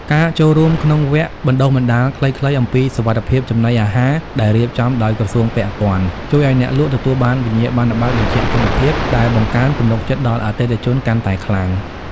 ការចូលរួមក្នុងវគ្គបណ្ដុះបណ្ដាលខ្លីៗអំពីសុវត្ថិភាពចំណីអាហារដែលរៀបចំដោយក្រសួងពាក់ព័ន្ធ ជួយឱ្យអ្នកលក់ទទួលបានវិញ្ញាបនបត្របញ្ជាក់គុណភាពដែលបង្កើនទំនុកចិត្តដល់អតិថិជនកាន់តែខ្លាំង។